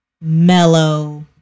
mellow